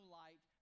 light